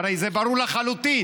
הרי זה ברור לחלוטין,